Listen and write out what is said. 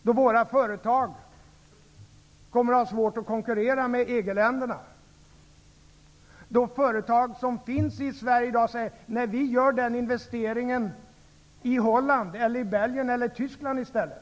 Då kommer våra företag att ha svårt att konkurrera med EG-länderna. De företag som i dag finns i Sverige kanske då säger: Nej, vi gör investeringen i Holland, Belgien eller Tyskland i stället.